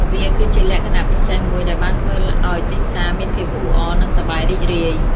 វាគឺជាលក្ខណៈពិសេសមួយដែលបានធ្វើឲ្យទីផ្សារមានភាពអ៊ូអរ និងសប្បាយរីករាយ។